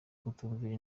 kutumvira